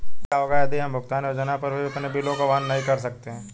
क्या होगा यदि हम भुगतान योजना पर भी अपने बिलों को वहन नहीं कर सकते हैं?